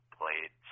played